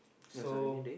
so